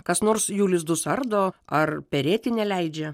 kas nors jų lizdus ardo ar perėti neleidžia